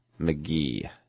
McGee